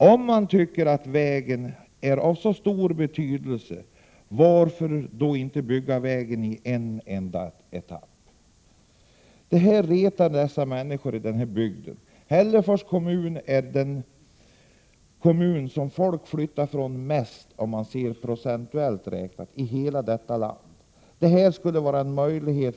Om man tycker att vägen är av så stor betydelse, varför då inte bygga vägen i en enda etapp? Det här retar människorna i bygden. Hällefors kommun är den kommun i landet som har den procentuellt största utflyttningen.